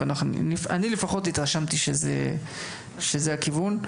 ואני התרשמתי שזה הכיוון.